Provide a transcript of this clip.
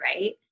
Right